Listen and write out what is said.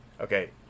Okay